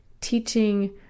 teaching